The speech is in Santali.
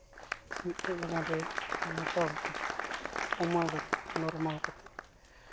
ᱢᱤᱫᱴᱮᱡ ᱵᱟᱜᱟᱱ ᱨᱮ ᱢᱳᱴᱟᱢᱩᱴᱤ ᱠᱚᱢᱟᱣ ᱠᱟᱛᱮᱫ ᱱᱚᱨᱢᱟᱞ ᱠᱟᱛᱮᱫ